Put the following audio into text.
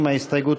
לשנת הכספים 2017,